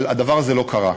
אבל הדבר הזה לא קרה.